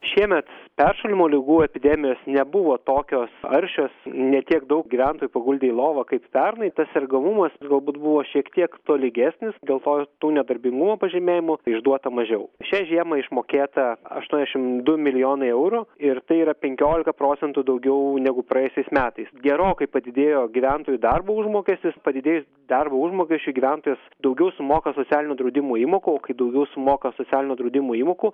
šiemet peršalimo ligų epidemijos nebuvo tokios aršios ne tiek daug gyventojų paguldė į lovą kaip pernai tas sergamumas galbūt buvo šiek tiek tolygesnis dėl to ir tų nedarbingumo pažymėjimų išduota mažiau šią žiemą išmokėta aštuoniasdešim du milijonai eurų ir tai yra penkiolika procentų daugiau negu praėjusiais metais gerokai padidėjo gyventojų darbo užmokestis padidėjus darbo užmokesčiui gyventojas daugiau sumoka socialinio draudimo įmokų o kai daugiau sumoka socialinio draudimo įmokų